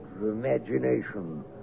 imagination